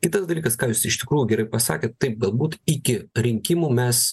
kitas dalykas ką jūs iš tikrųjų gerai pasakėt taip galbūt iki rinkimų mes